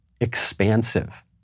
expansive